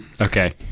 Okay